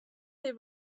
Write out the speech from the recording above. they